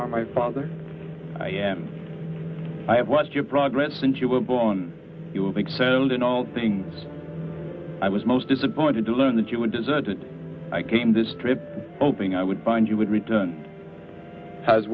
are my father i am i have watched your progress since you were born you have excelled in all things i was most disappointed to learn that you were deserted i came this trip oping i would find you would return has